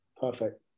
perfect